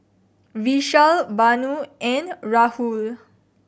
Vishal Vanu and Rahul